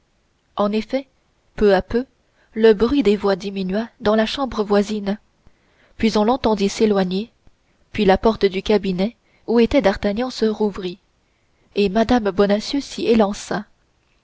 en effet peu à peu le bruit des voix diminua dans la chambre voisine puis on l'entendit s'éloigner puis la porte du cabinet où était d'artagnan se rouvrit et mme bonacieux s'y élança